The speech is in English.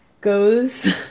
goes